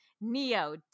Neo